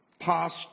past